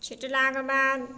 छिटलाके बाद